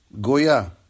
Goya